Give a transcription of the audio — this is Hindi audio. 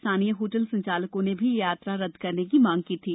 स्थानीय होटल संचालकों ने भी यह यात्रा रद्द करने की मांग की थी